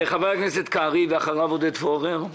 חבר הכנסת קרעי ואחריו עודד פורר,